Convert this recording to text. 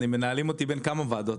מנהלים אותי בין כמה ועדות,